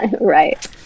right